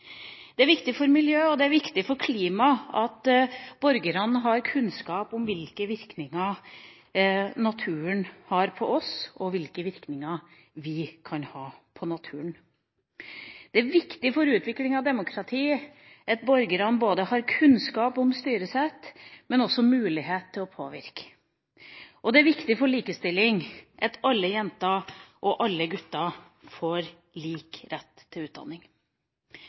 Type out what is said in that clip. Det er viktig for miljø og klima at borgerne har kunnskap om hvilke virkninger naturen har på oss, og hvilke virkninger vi kan ha på naturen. Det er viktig for utviklinga av demokratiet at borgerne har både kunnskap om styresett og mulighet til å påvirke. Det er viktig for likestilling at alle jenter og alle gutter får lik rett til utdanning.